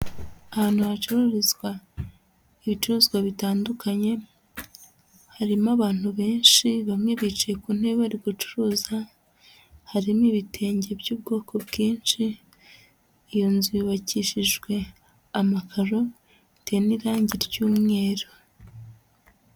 Ahantu hacururizwa ibicuruzwa bitandukanye harimo abantu benshi bamwe bicaye ku ntebe bari gucuruza, harimo ibitenge by'ubwoko bwinshi, iyo nzu yubakishijwe amakaro, iteye n'irange ry'umweru.